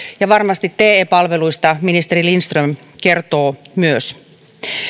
ja varmasti te palveluista ministeri lindström kertoo myös